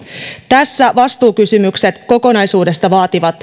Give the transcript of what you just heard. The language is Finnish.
tässä vastuukysymykset kokonaisuudesta vaativat